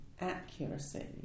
accuracy